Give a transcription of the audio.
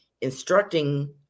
instructing